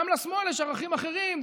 גם לשמאל יש ערכים אחרים,